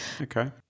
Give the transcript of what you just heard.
Okay